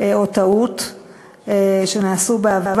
(הוראות לעניין רישיון רכב הרשום כמונית),